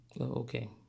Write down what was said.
Okay